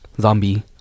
Zombie